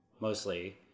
mostly